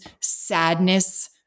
sadness